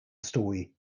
story